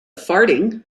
farting